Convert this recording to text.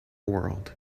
world